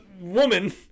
woman